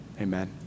amen